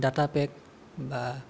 data pack বা